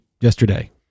yesterday